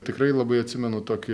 tikrai labai atsimenu tokį